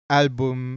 album